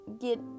get